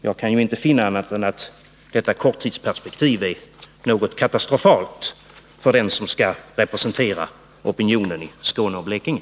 Jag kan inte finna annat än att detta korttidspertspektiv är något katastrofalt för den som skall representera opinionen i Skåne och Blekinge.